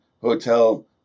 hotel